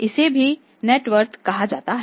इसे भी net worth कहा जाता है